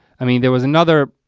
i mean, there was another,